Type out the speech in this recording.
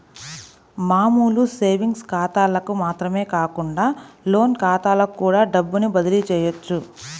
మామూలు సేవింగ్స్ ఖాతాలకు మాత్రమే కాకుండా లోన్ ఖాతాలకు కూడా డబ్బుని బదిలీ చెయ్యొచ్చు